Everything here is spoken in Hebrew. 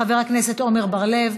חבר הכנסת עמר בר-לב,